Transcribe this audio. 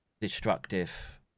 destructive